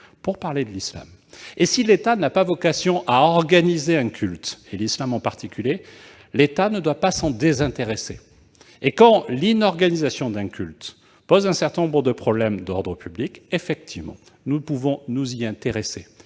territoriales de l'islam. Si l'État n'a pas vocation à organiser un culte, l'islam en particulier, il ne doit pas pour autant s'en désintéresser. Quand l'inorganisation d'un culte pose un certain nombre de problèmes d'ordre public, nous pouvons nous y intéresser,